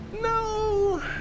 no